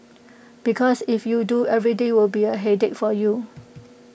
because if you do every day will be A headache for you